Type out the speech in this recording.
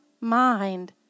mind